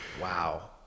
Wow